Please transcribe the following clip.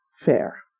fair